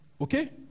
okay